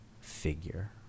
figure